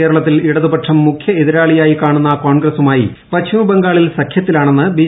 കേരളത്തിൽ ഇടതുപക്ഷം മുഖ്യ എതിരാളിയായി കാണുന്ന കോൺഗ്രസുമായി പശ്ചിമബംഗാളിൽ സഖൃത്തിലാണെന്ന് ബി